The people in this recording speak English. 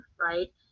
right